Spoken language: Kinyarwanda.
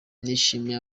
nishimiye